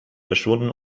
verschwunden